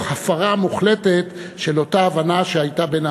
הפרה מוחלטת של אותה הבנה שהייתה בין,